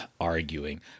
arguing